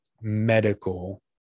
medical